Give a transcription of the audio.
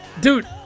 dude